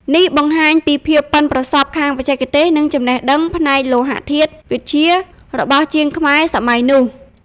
នេះបង្ហាញពីភាពប៉ិនប្រសប់ខាងបច្ចេកទេស និងចំណេះដឹងផ្នែកលោហធាតុវិទ្យារបស់ជាងខ្មែរសម័យនោះ។